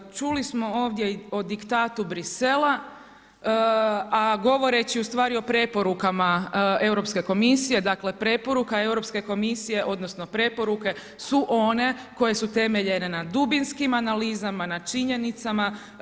Čuli smo ovdje o diktatu Bruxellesa, a govoreći u stvari o preporukama Europske komisije, dakle preporuka Europske komisije, odnosno preporuke su one koje su temeljene na dubinskim analizama, na činjenicama.